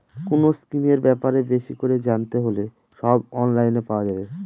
কোনো স্কিমের ব্যাপারে বেশি করে জানতে হলে সব অনলাইনে পাওয়া যাবে